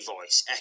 voice